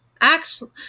Actually